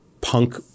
punk